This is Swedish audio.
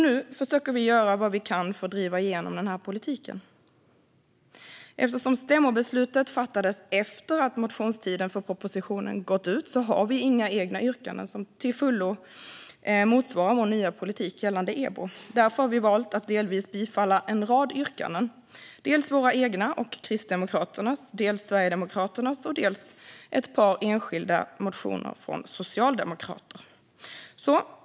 Nu försöker vi göra vad vi kan för att driva igenom den här politiken. Eftersom stämmobeslutet fattades efter att motionstiden för propositionen hade gått ut har vi inga egna yrkanden som till fullo motsvarar vår nya politik gällande EBO. Därför har vi valt att delvis bifalla en rad yrkanden: våra egna och Kristdemokraternas, Sverigedemokraternas och också ett par enskilda motioner från socialdemokrater.